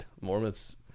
mormons